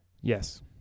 Yes